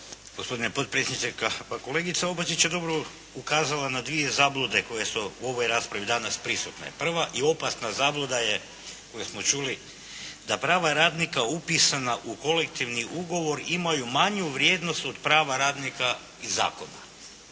gospodine potpredsjedniče. Kolegica Opačić je dobro ukazala na dvije zablude koje su u ovoj raspravi danas prisutne. Prva i opasna zabluda je koju smo čuli da prava radnika upisana u kolektivni ugovor imaju manju vrijednost od prava radnika iz zakona